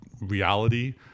reality